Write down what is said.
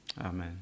Amen